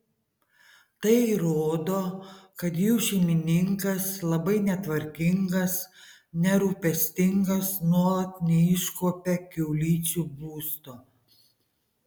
tai rodo kad jų šeimininkas labai netvarkingas nerūpestingas nuolat neiškuopia kiaulyčių būsto